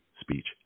speech